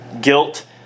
Guilt